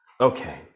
Okay